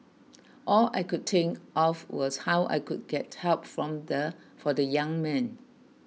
all I could think of was how I could get help from the for the young man